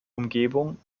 umgebung